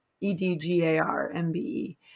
e-d-g-a-r-m-b-e